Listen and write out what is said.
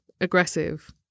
aggressive